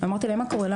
אמרתי להן: מה קורה,